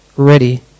ready